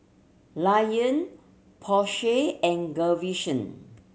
Lion Porsche and